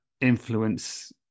influence